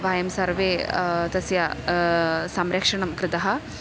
वयं सर्वे तस्य संरक्षणं कृतः